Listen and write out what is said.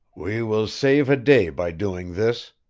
we will save a day by doing this,